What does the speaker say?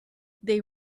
they